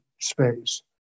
space